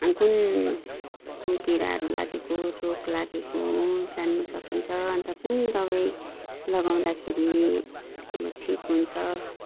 कुन कुन किराहरू लागेको हो रोग लागेको हो जान्नु सकिन्छ अन्त कुन दवाई लगाउँदाखेरि अब ठिक हुन्छ